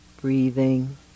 Breathing